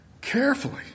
carefully